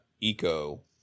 eco